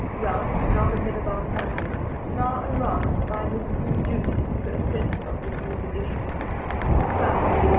ralph now the head of our family now aroused by his new duties to a sense of his new position ralph,